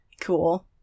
cool